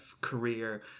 career